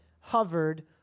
hovered